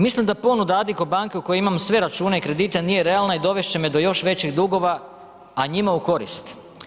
Mislim da ponuda Addiko banke u kojoj imam sve račune i kredite nije realna i dovest će me do još većih dugova, a njima u korist.